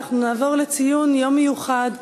נעבור לציון יום מיוחד בנושא: